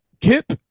Kip